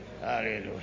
hallelujah